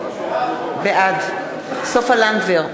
בעד סופה לנדבר,